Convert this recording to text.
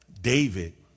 David